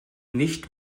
nicht